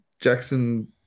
Jackson